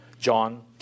john